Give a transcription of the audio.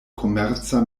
komerca